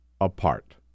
apart